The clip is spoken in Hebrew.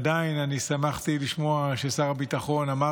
עדיין שמחתי לשמוע ששר הביטחון אמר